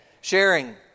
Sharing